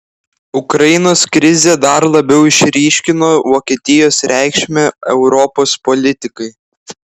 ukrainos krizė dar labiau išryškino vokietijos reikšmę europos politikai